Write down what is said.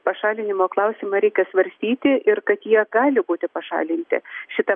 pašalinimo klausimą reikia svarstyti ir kad jie gali būti pašalinti šita